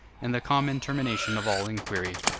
and the common termination of all inquiry.